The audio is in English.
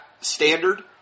standard